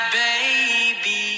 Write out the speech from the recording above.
baby